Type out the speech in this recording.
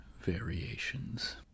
variations